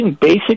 basic